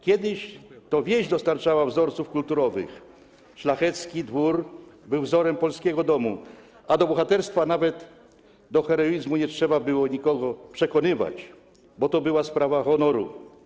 Kiedyś to wieś dostarczała wzorców kulturowych, szlachecki dwór był wzorem polskiego domu, a do bohaterstwa, do heroizmu nawet nie trzeba było nikogo przekonywać, bo to była sprawa honoru.